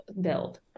build